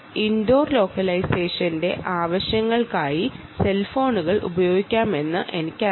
indoor ലോക്കലൈസേഷന്റെ ആവശ്യങ്ങൾക്കായി cell ഫോണുകൾ ഉപയോഗിക്കാമെന്ന് എനിക്കറിയാം